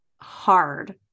hard